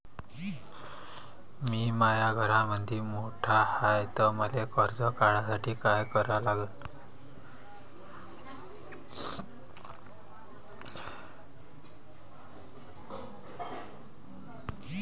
मी माया घरामंदी मोठा हाय त मले कर्ज काढासाठी काय करा लागन?